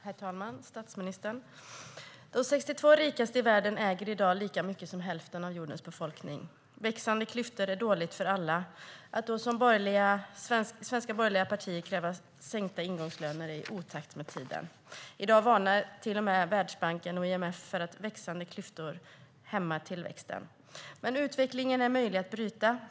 Herr talman och statsministern! De 62 rikaste i världen äger i dag lika mycket som hälften av jordens befolkning. Att klyftorna växer är dåligt för alla. Att då kräva sänkta ingångslöner, som svenska borgerliga partier gör, är i otakt med tiden. I dag varnar till och med Världsbanken och IMF för att växande klyftor hämmar tillväxten. Men utvecklingen är möjlig att bryta.